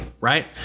right